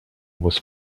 was